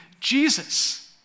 Jesus